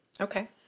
okay